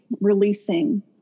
releasing